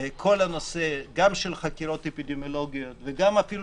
כל הנושא גם של חקירות אפידמיולוגיות וגם של